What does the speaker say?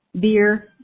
beer